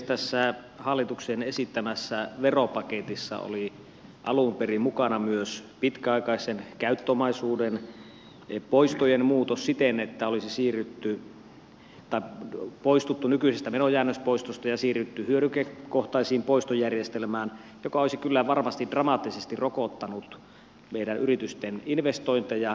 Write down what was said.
tässä hallituksen esittämässä veropaketissa oli alun perin mukana myös pitkäaikaisen käyttöomaisuuden poistojen muutos siten että olisi poistuttu nykyisestä verojäännöspoistosta ja siirrytty hyödykekohtaiseen poistojärjestelmään joka olisi kyllä varmasti dramaattisesti rokottanut meidän yritysten investointeja